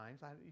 times